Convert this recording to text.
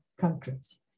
countries